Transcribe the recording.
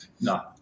no